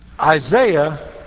Isaiah